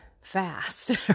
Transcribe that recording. fast